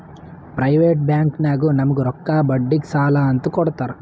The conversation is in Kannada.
ಪ್ರೈವೇಟ್ ಬ್ಯಾಂಕ್ನಾಗು ನಮುಗ್ ರೊಕ್ಕಾ ಬಡ್ಡಿಗ್ ಸಾಲಾ ಅಂತ್ ಕೊಡ್ತಾರ್